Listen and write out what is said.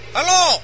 Hello